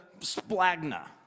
splagna